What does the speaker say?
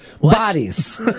Bodies